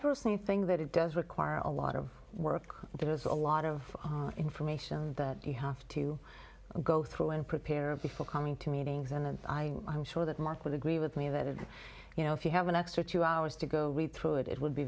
personally think that it does require a lot of work there's a lot of information that you have to go through and prepare before coming to meetings and i'm sure that mark would agree with me that you know if you have an extra two hours to go through it it would be